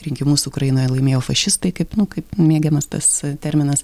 rinkimus ukrainoje laimėjo fašistai kaip nu kaip mėgiamas tas terminas